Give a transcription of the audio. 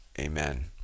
Amen